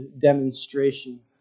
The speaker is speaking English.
demonstration